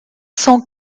cent